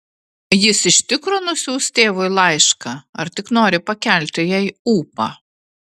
jis iš tikro nusiųs tėvui laišką ar tik nori pakelti jai ūpą